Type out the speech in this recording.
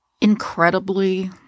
incredibly